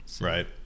Right